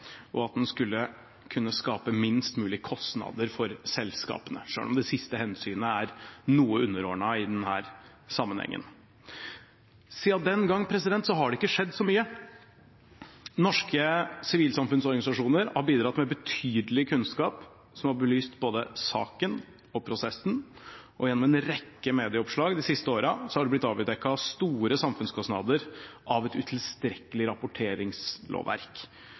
og at den skulle kunne skape minst mulig kostnader for selskapene – selv om det siste hensynet er noe underordnet i denne sammenhengen. Siden den gang har det ikke skjedd så mye. Norske sivilsamfunnsorganisasjoner har bidratt med betydelig kunnskap, som har belyst både saken og prosessen. Gjennom en rekke medieoppslag de siste åra har det blitt avdekket store samfunnskostnader ved et utilstrekkelig rapporteringslovverk.